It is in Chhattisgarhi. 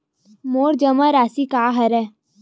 मोर जमा राशि का हरय?